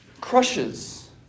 crushes